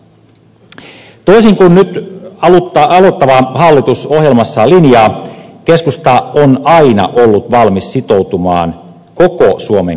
toisin kuin nyt aloittava hallitus ohjelmassaan linjaa keskusta on aina ollut valmis sitoutumaan koko suomen kehittämiseen